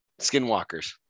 skinwalkers